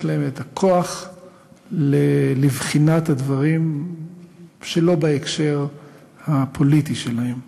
להם הכוח לבחון את הדברים שלא בהקשר הפוליטי שלהם.